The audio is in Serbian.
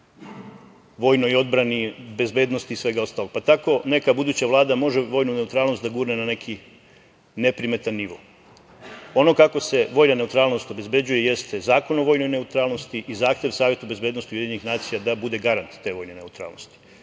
vojnoj odbrani, bezbednosti i svega ostalog, pa tako neka buduća vlada može vojnu neutralnost da gurne na neki neprimetan nivo. Ono kako se vojna neutralnost obezbeđuje jeste Zakon o vojnoj neutralnosti i zahtev Saveta bezbednosti UN da bude garant te vojne neutralnosti.